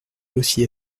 aussi